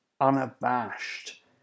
unabashed